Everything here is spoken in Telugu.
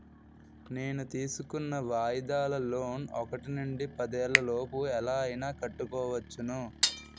నేను తీసుకున్న వాయిదాల లోన్ ఒకటి నుండి పదేళ్ళ లోపు ఎలా అయినా కట్టుకోవచ్చును